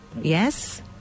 Yes